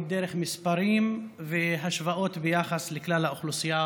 דרך מספרים והשוואות ביחס לכלל האוכלוסייה,